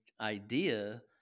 idea